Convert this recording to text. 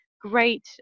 great